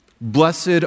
Blessed